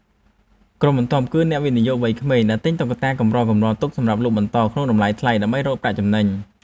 ក្រុមបន្ទាប់គឺ អ្នកវិនិយោគវ័យក្មេង ដែលទិញតុក្កតាកម្រៗទុកសម្រាប់លក់បន្តក្នុងតម្លៃថ្លៃដើម្បីរកប្រាក់ចំណេញ។